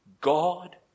God